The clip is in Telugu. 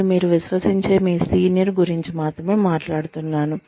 నేను మీరు విశ్వసించే మీ సీనియర్ గురించి మాత్రమే మాట్లాడుతున్నాను